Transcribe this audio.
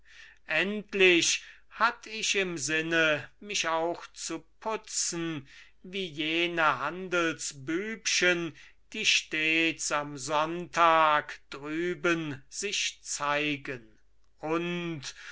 endlich hatt ich im sinne mich auch zu putzen wie jene handelsbübchen die stets am sonntag drüben sich zeigen und